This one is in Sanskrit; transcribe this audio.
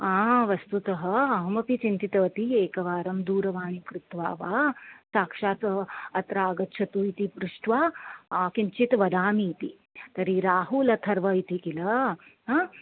आ वस्तुतः अहमपि चिन्तितवती एकवारं दूरवाणीं कृत्वा वा साक्षात् अत्र आगच्छतु इति पृष्ट्वा किञ्चित् वदामि इति तर्हि राहुल् अथर्व इति किल आ